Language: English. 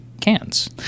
cans